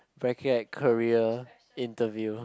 bracket career interview